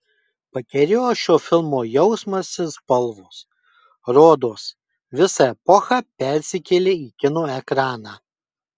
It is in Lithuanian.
pakerėjo šio filmo jausmas ir spalvos rodos visa epocha persikėlė į kino ekraną